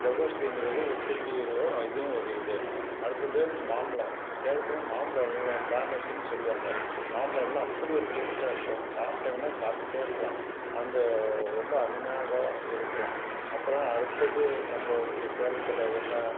ஜவ்வரிசிங்கிறது உற்பத்தியிலும் இதுவும் ஒரு இது அடுத்தது மாம்பழம் சேலத்தில் மாம்பழம் எல்லாம் ஃபேமஸ்ஸுன்னு சொல்லுவாங்க மாம்பழம் எல்லாம் அப்படி ஒரு டேஸ்ட்டாக இருக்கும் சாப்பிடங்கன்னா சாப்பிட்டுட்டே இருக்கலாம் அந்த ரொம்ப அருமையானதாக இருக்கும் அப்புறம் அடுத்தது நம்ப இங்கே சேலத்தில் என்ன